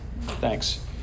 Thanks